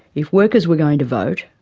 if workers were going to vote,